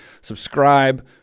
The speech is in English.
Subscribe